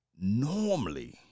Normally